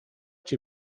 cię